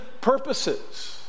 purposes